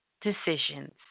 decisions